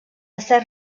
cert